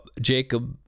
Jacob